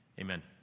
Amen